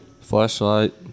Flashlight